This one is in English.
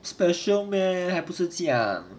special meh 还不是这样